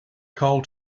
coal